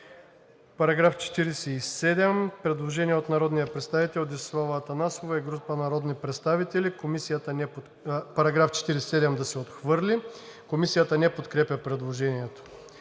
По § 47 има предложение от народния представител Десислава Атанасова и група народни представители: „Параграф 47 да се отхвърли.“ Комисията не подкрепя предложението.